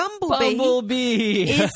Bumblebee